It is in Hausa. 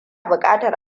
bukatar